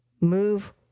move